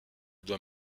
doit